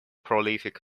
prolific